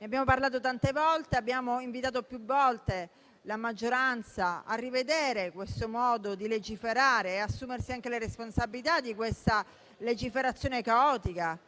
abbiamo invitato più volte la maggioranza a rivedere questo modo di legiferare e assumersi anche le responsabilità di questa legiferazione caotica,